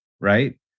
right